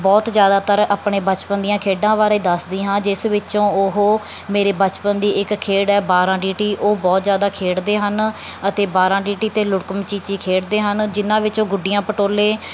ਬਹੁਤ ਜ਼ਿਆਦਾਤਰ ਆਪਣੇ ਬਚਪਨ ਦੀਆਂ ਖੇਡਾਂ ਬਾਰੇ ਦੱਸਦੀ ਹਾਂ ਜਿਸ ਵਿੱਚੋਂ ਉਹ ਮੇਰੇ ਬਚਪਨ ਦੀ ਇੱਕ ਖੇਡ ਹੈ ਬਾਰਾਂ ਗੀਟੀ ਉਹ ਬਹੁਤ ਜ਼ਿਆਦਾ ਖੇਡਦੇ ਹਨ ਅਤੇ ਬਾਰਾਂ ਗੀਟੀ ਅਤੇ ਲੁਕਣ ਮੀਚੀ ਖੇਡਦੇ ਹਨ ਜਿਹਨਾਂ ਵਿੱਚੋਂ ਗੁੱਡੀਆਂ ਪਟੋਲੇ